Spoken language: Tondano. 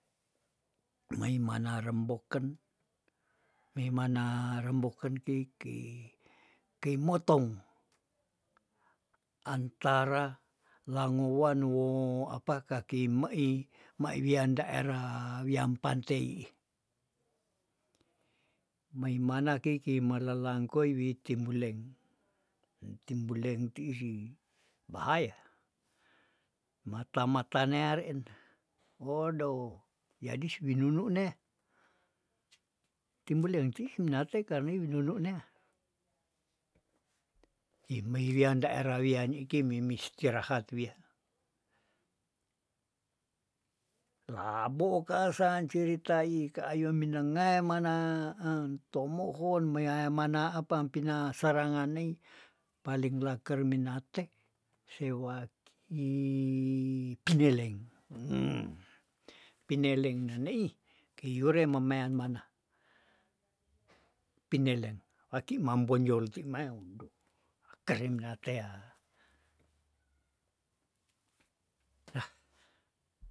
Mei mana remboken- mei mana remboken kei- kei kei motom anatara langowan wo apa kakei meih mae wian daerah wiam pantei ih mei mana kei- kei melelangkoi wea timbuleng, timbuleng tiih bahaya mata- mata nea reen odoh yadis winunune timbuleng tiih minate karne winunu neah hi mei wian daerah wianikei memis tirahat wiah, laboo kaasan ciritai ka ayou minenge mana en tomohon mea mana apa pina sarangan nei paling blaker minate sewaki pineleng hem pineleng neih kei yure memean mana, pineleng waki imam bonjol ti maeng akerim mina tea, dah.